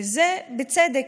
וזה בצדק.